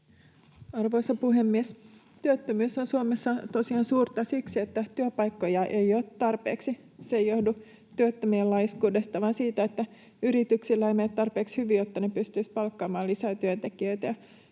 Arvoisa puhemies! Työttömyys on Suomessa tosiaan suurta siksi, että työpaikkoja ei ole tarpeeksi. Se ei johdu työttömien laiskuudesta vaan siitä, että yrityksillä ei mene tarpeeksi hyvin, jotta ne pystyisivät palkkaamaan lisää työntekijöitä.